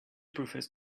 prefers